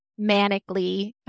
manically